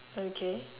okay